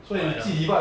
!wah! ya